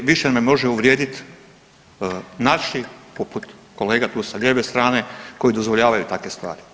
Više me može uvrijedit naši, poput kolega tu sa lijeve strane koji dozvoljavaju takve stvari.